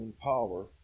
power